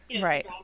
right